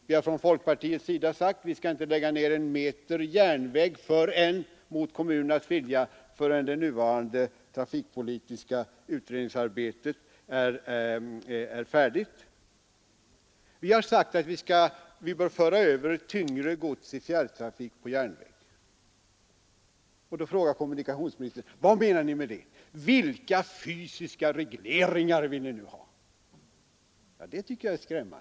Vi inom folkpartiet har sagt: Man skall inte lägga ner en meter järnväg mot kommunernas vilja förrän det nuvarande trafikpolitiska utredningsarbetet är färdigt. Vi har sagt att man bör föra Då frågar kommunikationsministern: Vad menar ni med det? Vilka fvsiska regleringar vill ni nu ha?